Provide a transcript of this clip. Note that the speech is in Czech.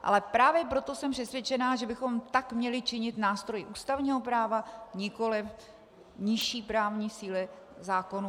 Ale právě proto jsem přesvědčena, že bychom tak měli činit nástroji ústavního práva, nikoliv nižší právní síly, zákonů.